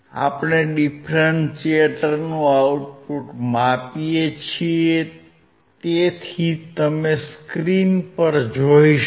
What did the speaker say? આપણે ડીફરન્શીએટરનું આઉટપુટ માપીએ છીએ જેથી તમે સ્ક્રીન પર જોઈ શકો